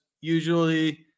usually